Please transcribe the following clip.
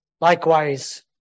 likewise